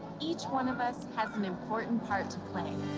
each one of us has an important part to play.